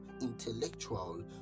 intellectual